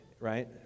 right